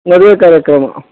ಮದುವೆ ಕಾರ್ಯಕ್ರಮ